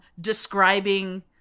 describing